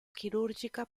chirurgica